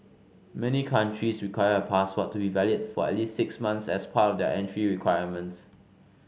many countries require a passport to be valid for at least six months as part of their entry requirements